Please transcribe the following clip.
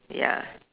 ya